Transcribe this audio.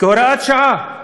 כהוראת שעה?